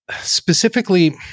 specifically –